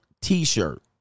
t-shirt